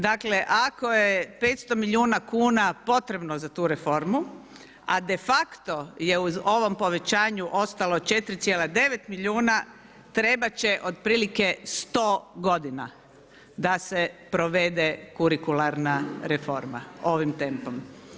Dakle, ako je 500 milijuna kuna potrebno za tu reformu, a de facto je u ovom povećanju ostalo 4,9 milijuna, trebat će otprilike 100 godina da se provede kurikularna reforma ovim tempom.